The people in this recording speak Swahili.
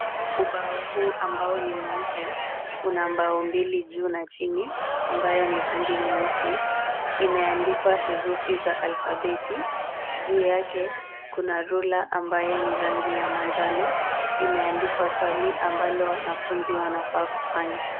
Ubao huu ambao ni mweupe, une mbao mbili juu na chini ambayo ni rangi nyeusi. Imeandikwa herufi za alfabeti. Juu yake kuna rula ambayo ni rangi ya manjano. Imeandikwa swali ambalo wanafunzi wanafaa kufanya.